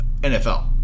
NFL